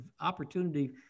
opportunity